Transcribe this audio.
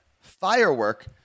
Firework